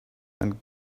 and